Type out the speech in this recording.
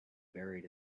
buried